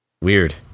weird